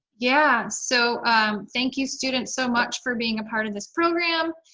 yeah so thank you students, so much, for being a part of this program.